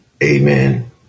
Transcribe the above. Amen